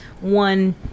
one